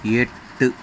எட்டு